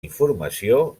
informació